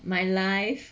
my life